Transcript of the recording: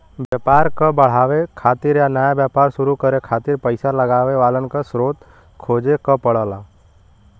व्यापार क बढ़ावे खातिर या नया व्यापार शुरू करे खातिर पइसा लगावे वालन क स्रोत खोजे क पड़ला